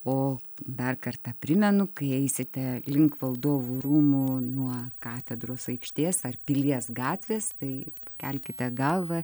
o dar kartą primenu kai eisite link valdovų rūmų nuo katedros aikštės ar pilies gatvės tai kelkite galvą